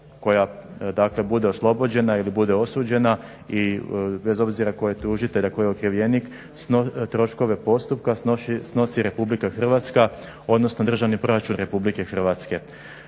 dakle bude oslobođena ili bude osuđena i bez obzira koje tužitelj a tko je okrivljenik troškove postupka snosi RH, odnosno državni proračun RH. Sad je